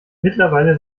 mittlerweile